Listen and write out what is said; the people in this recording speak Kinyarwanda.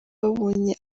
babonye